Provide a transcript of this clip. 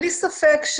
שלום,